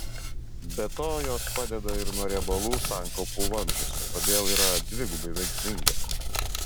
be to jos padeda ir nuo riebalų sankaupų vamzdžiuose todėl yra dvigubai veiksmingos